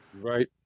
Right